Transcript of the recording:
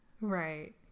Right